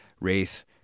race